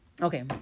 okay